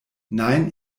nein